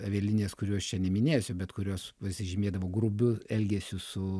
avialinijas kurios čia neminėsiu bet kurios pasižymėdavo grubiu elgesiu su